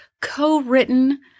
co-written